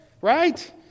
right